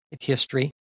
history